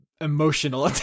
emotional